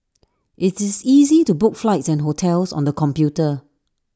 IT is easy to book flights and hotels on the computer